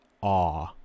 awe